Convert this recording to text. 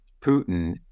Putin